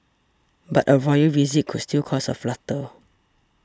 but a royal visit could still cause a flutter